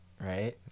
right